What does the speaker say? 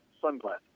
sunglasses